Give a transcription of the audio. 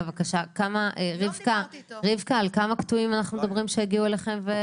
בבקשה: על כמה קטועים אנחנו מדברים שהגיעו אליכם?